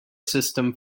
system